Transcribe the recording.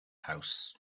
house